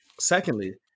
Secondly